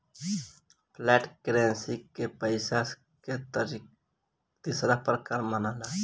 flat currency के पइसा के तीसरा प्रकार मनाला